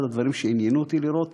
אחד הדברים שעניינו אותי זה לראות